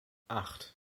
acht